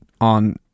on